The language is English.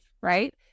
right